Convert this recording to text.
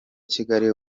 kigali